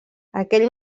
aquell